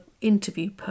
interview